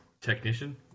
technician